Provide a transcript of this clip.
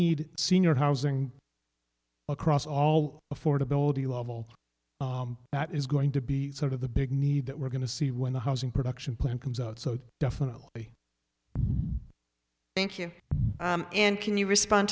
need senior housing across all affordability level that is going to be sort of the big need that we're going to see when the housing production plan comes out so definitely thank you and can you respond